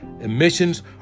emissions